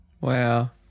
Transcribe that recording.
Wow